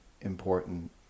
important